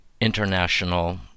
international